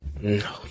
No